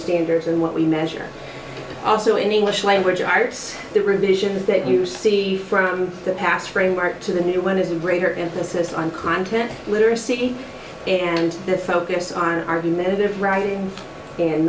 standards and what we measure also in english language arts the revisions that you see from the past framework to the new one is a greater emphasis on content literacy and the focus on argumentative writing and